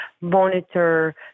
monitor